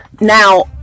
now